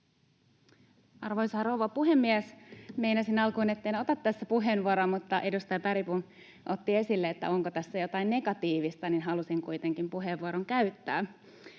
Arvoisa rouva puhemies! Meinasin alkuun, etten ota tässä puheenvuoroa, mutta kun edustaja Bergbom otti esille, että onko tässä jotain negatiivista, niin halusin kuitenkin puheenvuoron käyttää.